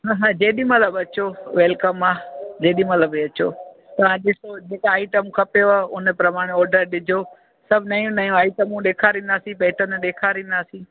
हा हा जेॾी महिल बि अचो वैल्कम आहे जेॾी महिल बि अचो तव्हां ॾिसो जेका आइटम खपेव हुन प्रमाणो ऑडर ॾिजो सभु नयूं नयूं आइटमूं ॾेखारींदासीं पैटन ॾेखारींदासी